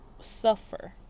suffer